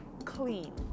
clean